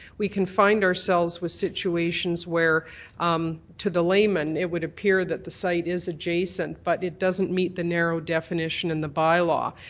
we can find ourselves with situations where um to the layman it would appear that the site is adjacent but it doesn't meet the narrow definition in the bylaw,